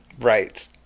right